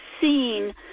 seen